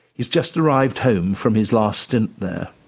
he's just arrived home from his last stint there.